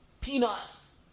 peanuts